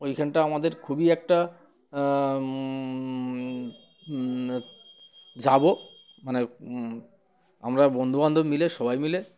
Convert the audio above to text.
ওইখানটা আমাদের খুবই একটা যাবো মানে আমরা বন্ধুবান্ধব মিলে সবাই মিলে